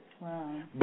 Wow